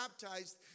baptized